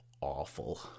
awful